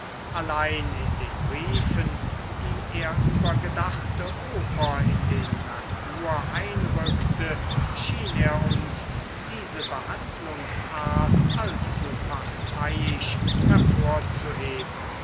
allein in den briefen die er über gedachte oper in den merkur einrückte schien er uns diese behandlungsart allzu parteiisch hervorzuheben